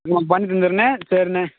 ம் பண்ணித்தந்துடுறேண்ணே சரிண்ணே